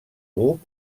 buc